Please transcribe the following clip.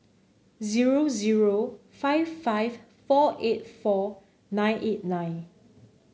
zero zero five five four eight four nine eight nine